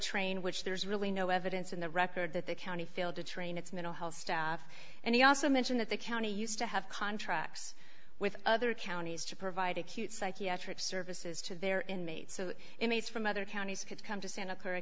train which there's really no evidence in the record that the county failed to train its mental health staff and he also mentioned that the county used to have contracts with other counties to provide acute psychiatric services to their inmates so inmates from other counties could come to santa clara